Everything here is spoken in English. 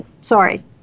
sorry